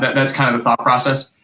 that's kind of the thought process.